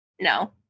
No